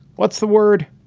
what's the word?